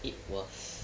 it was